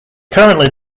currently